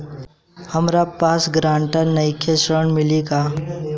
हमरा पास ग्रांटर नईखे ऋण मिली का?